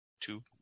Two